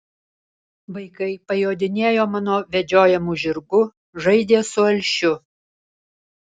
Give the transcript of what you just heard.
vaikai pajodinėjo mano vedžiojamu žirgu žaidė su alšiu